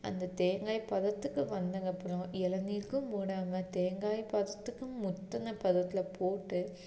அந்த தேங்காய் பதத்துக்கு வந்ததுக்கப்புறம் இளநீருக்கும் போடாமல் தேங்காய் பதத்துக்கும் முத்தின பதத்தில் போட்டு